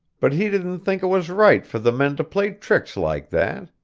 but he didn't think it was right for the men to play tricks like that.